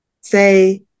say